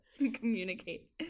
Communicate